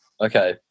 okay